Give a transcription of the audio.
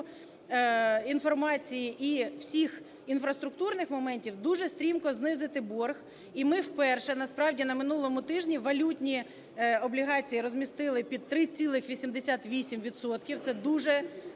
інформації і всіх інфраструктурних моментів – дуже стрімко знизити борг. І ми вперше, насправді, на минулому тижні валютні облігації розмістили під 3,88 відсотка,